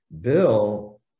Bill